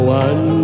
one